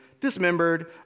Dismembered